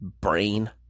brain